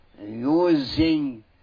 using